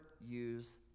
use